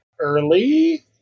early